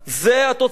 זו התוצאה.